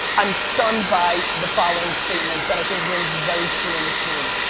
i'm stunned by the following statement that i think rings very true in this room.